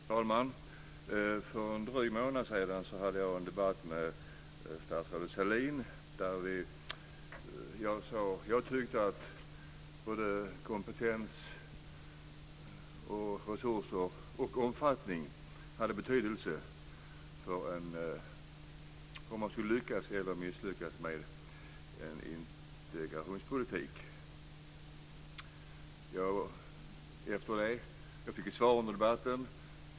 Fru talman! För en dryg månad sedan hade jag en debatt med statsrådet Sahlin där jag tyckte att kompetens, resurser och omfattning hade betydelse för om man skulle lyckas eller misslyckas med en integrationspolitik. Jag fick ett svar under debatten.